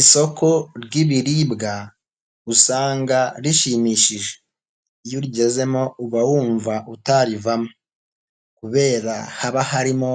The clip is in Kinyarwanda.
Isoko ry'ibiribwa usanga rishimishije, iyo urigezemo uba wumva utarivamo kubera haba harimo